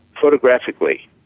Photographically